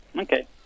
Okay